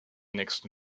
nächsten